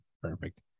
Perfect